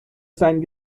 sein